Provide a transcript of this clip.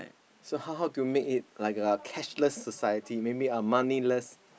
so how how to make it like a cashless society maybe a moneyless